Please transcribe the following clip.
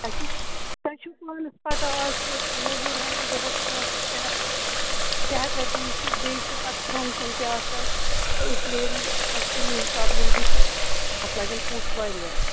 تۄہہِ چھُو تۄہہِ چھُو پانَس پَتہٕ اَز چھِ موٚزوٗر ہٮ۪وان دۄہَس پانٛژھ ہَتھ شےٚ ہَتھ رۄپیہِ شےٚ ہَتھ رۄپیہِ چھِ بیٚیہِ چھِ پَتہٕ کھٮ۪ون چٮ۪ون تہِ آسان تہٕ اِس لیے گژھِ تَمی حِسابہٕ یِمہٕ بہٕ تہِ اَتھ لَگن پونٛسہٕ واریاہ